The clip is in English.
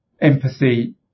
empathy